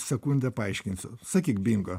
sekundę paaiškinsiu sakyk bingo